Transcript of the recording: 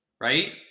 right